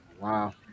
Wow